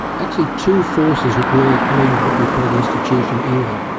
actually two forces at work leading to what we call the institutional era.